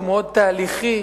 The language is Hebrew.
מאוד תהליכי,